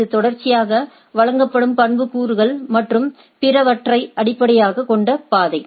இது தொடர்ச்சியாக வழங்கப்படும் பண்புக்கூறுகள் மற்றும் பிறவற்றை அடிப்படையாகக் கொண்ட பாதை